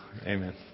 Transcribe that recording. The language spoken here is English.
Amen